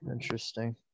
Interesting